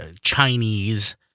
Chinese